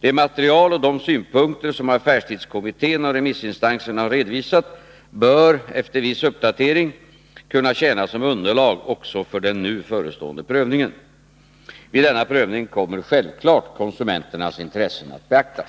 Det material och de synpunkter som affärstidskommittén och remissinstanserna har redovisat bör — efter viss uppdatering — kunna tjäna som underlag också för den nu förestående prövningen. Vid denna prövning kommer självfallet konsumenternas intressen att beaktas.